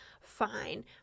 fine